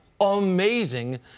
amazing